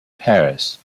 paris